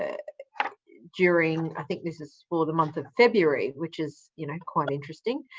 ah during i think this is for the month of february, which is you know quite interesting.